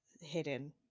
hidden